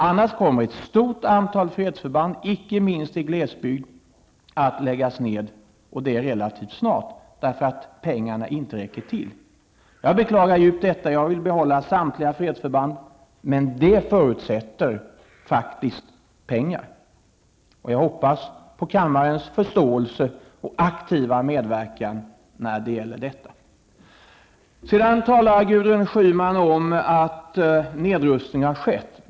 Annars kommer ett stort antal fredsförband, inte minst i glesbygden, relativt snart att läggas ned, eftersom pengarna inte räcker till, vilket jag djupt beklagar. Jag vill behålla samtliga fredsförband, men det förutsätter att man anslår pengar. Jag hoppas på kammarens förståelse och aktiva medverkan i denna fråga. Gudrun Schyman sade att det har skett en nedrustning.